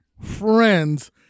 friends